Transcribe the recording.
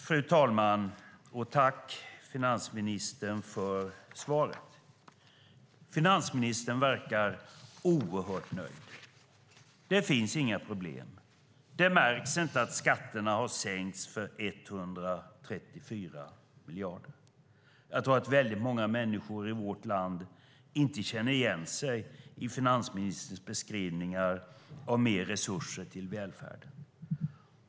Fru talman! Jag tackar finansministern för svaret. Finansministern verkar oerhört nöjd: Det finns inga problem, och det märks inte att skatterna har sänkts med 134 miljarder. Jag tror att väldigt många människor i vårt land inte känner igen sig i finansministerns beskrivningar av mer resurser till välfärden.